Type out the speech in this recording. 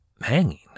hanging